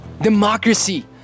Democracy